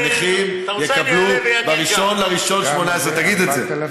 שהנכים יקבלו ב-1 בינואר 2018. תגיד את זה.